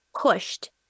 pushed